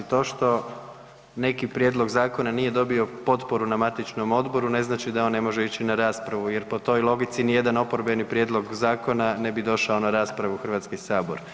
To što neki prijedlog zakona nije dobio potporu na matičnom odboru, ne znači da on ne može ići na raspravu jer po toj logici, nijedan oporbeni prijedlog zakona ne bi došao na raspravu u Hrvatski sabor.